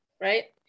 right